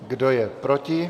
Kdo je proti?